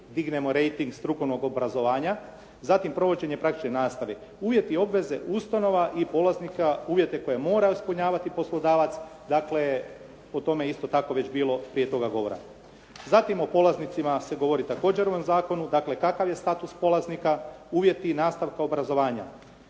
dignemo rejting strukovnog obrazovanja, zatim provođenje praktične nastave. Uvjeti i obveze ustanova i polaznika, uvjete koje mora ispunjavati poslodavac, dakle o tome je isto tako već bilo prije toga govora. Zatim o polaznicima se govori također u ovom zakonu, dakle kakav je status polaznika, uvjeti nastavka obrazovanja.